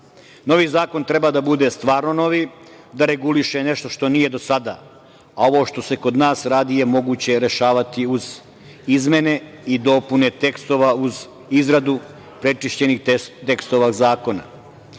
zakon treba da bude stvarno novi, da reguliše nešto što nije do sada, a ovo što se kod nas radi je moguće rešavati uz izmene i dopune tekstova uz izradu prečišćenih tekstova zakona.